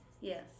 yes